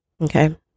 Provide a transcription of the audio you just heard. Okay